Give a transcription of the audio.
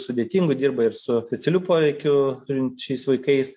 sudėtingu dirba ir su specialiu poreikiu turinčiais vaikais